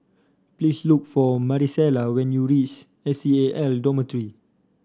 please look for Marisela when you reach S C A L Dormitory